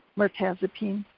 mirtazapine.